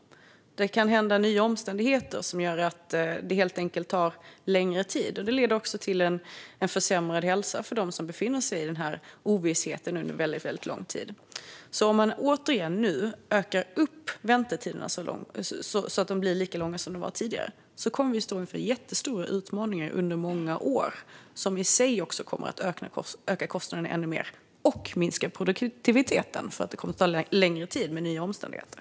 Det kan uppstå nya omständigheter som gör att det helt enkelt tar längre tid, vilket också leder till en försämrad hälsa för dem som befinner sig i denna ovisshet under väldigt lång tid. Om man nu återigen ökar väntetiderna så att de blir lika långa som tidigare kommer vi att stå inför jättestora utmaningar under många år. Det är utmaningar som i sig kommer att öka kostnaderna ännu mer och även minska produktiviteten, eftersom nya omständigheter gör att det kommer att ta längre tid.